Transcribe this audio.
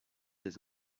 des